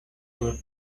were